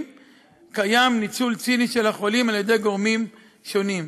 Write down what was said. קיים ניצול ציני של החולים על-ידי גורמים שונים.